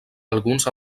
alguns